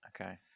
Okay